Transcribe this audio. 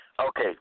Okay